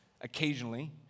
occasionally